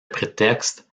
prétexte